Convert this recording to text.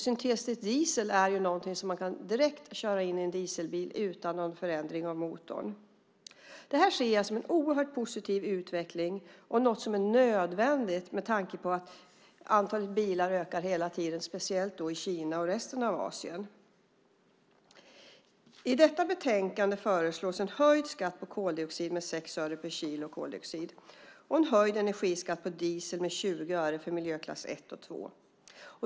Syntetisk diesel är ju någonting som man direkt kan köra in i en dieselbil utan någon förändring av motorn. Det här ser jag som en oerhört positiv utveckling och något som är nödvändigt med tanke på att antalet bilar ökar hela tiden, speciellt i Kina och resten av Asien. I detta betänkande föreslås en höjd skatt på koldioxid med 6 öre per kilo koldioxid och en höjd energiskatt på diesel med 20 öre för miljöklass 1 och 2.